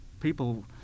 people